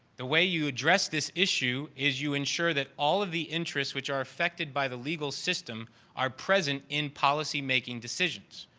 the way you address this issue is you ensure that all of the interest which are affected by the legal system are present in policy making decisions,